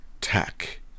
tech